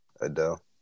Adele